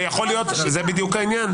זה בדיוק העניין.